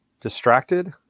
distracted